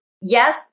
yes